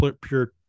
pure